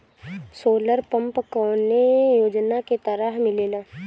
Solar pump कौने योजना के तहत मिलेला?